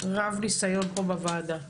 רב נסיון פה בוועדה.